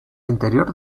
interior